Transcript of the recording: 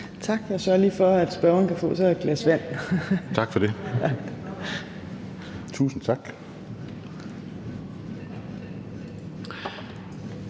Tak. Jeg sørger lige for, at spørgeren kan få sig et glas vand. Kl. 15:47 Henrik